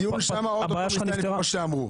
הדיון שם אוטוטו מסתיים, כמו שאמרו.